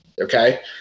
Okay